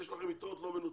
יש לכם יתרות לא מנוצלות,